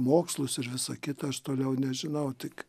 mokslus ir visa kita aš toliau nežinau tik